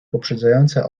poprzedzające